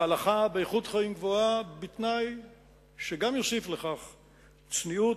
באיכות חיים גבוהה, בתנאי שגם יוסיף לכך צניעות,